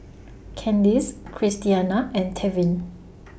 Candice Christiana and Tevin